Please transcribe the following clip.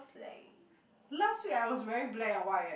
last week I was wearing black and white eh